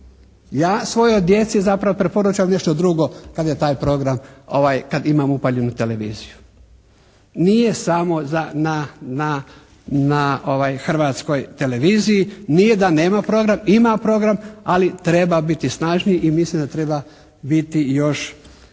ja svojoj djeci zapravo preporučam nešto drugo kad je taj program, kad imam upaljenu televiziju. Nije samo na Hrvatskoj televiziji nije da nema program, ima program ali treba biti snažniji i mislim da treba biti još